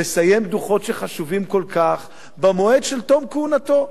לסיים דוחות שחשובים כל כך במועד של תום כהונתו.